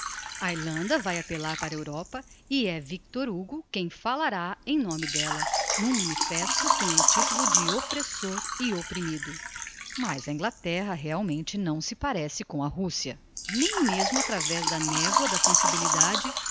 irlanda vae apelar para a europa e é victor hugo quem fallará em nome dela n'um manifesto com o titulo de opressor e oprimido mas a inglaterra realmente não se parece com a russia nem mesmo atravéz da nevoa da sensibilidade